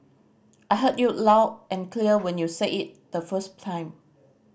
I heard you loud and clear when you said it the first time